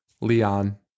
Leon